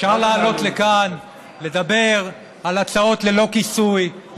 אפשר לעלות ולדבר על הצעות חוק ללא כיסוי,